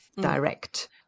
direct